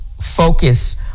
focus